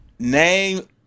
Name